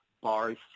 bars